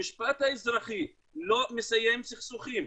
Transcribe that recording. המשפט האזרחי לא מסיים סכסוכים.